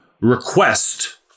request